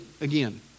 again